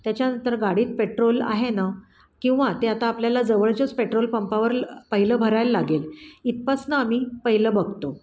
त्याच्यानंतर गाडीत पेट्रोल आहे ना किंवा ते आता आपल्याला जवळच्याच पेट्रोल पंपावर पहिलं भरायला लागेल इथपासून आम्ही पहिलं बघतो